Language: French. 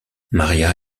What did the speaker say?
maria